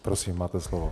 Prosím, máte slovo.